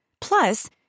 Plus